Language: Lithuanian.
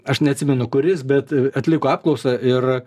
aš neatsimenu kuris bet atliko apklausą ir